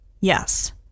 Yes